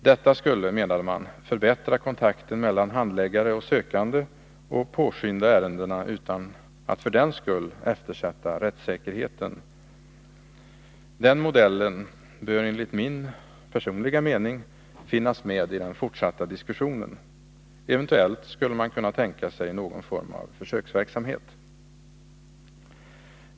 Detta skulle, menade man, förbättra kontakten mellan handläggare och sökande och påskynda ärendena utan att för den skull eftersätta rättssäkerheten. Den modellen bör enligt min personliga mening finnas med i den fortsatta diskussionen. Eventuellt skulle man kunna tänka sig någon form av försöksverksamhet.